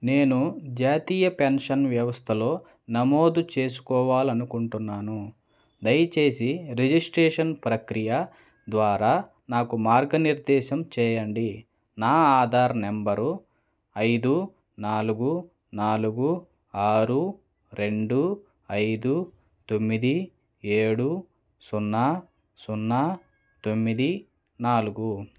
నేను జాతీయ పెన్షన్ వ్యవస్థలో నమోదు చేసుకోవాలనుకుంటున్నాను దయచేసి రిజిస్ట్రేషన్ ప్రక్రియ ద్వారా నాకు మార్గనిర్దేశం చేయండి నా ఆధార్ నెంబరు ఐదు నాలుగు నాలుగు ఆరు రెండు ఐదు తొమ్మిది ఏడు సున్నా సున్నా తొమ్మిది నాలుగు